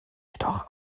jedoch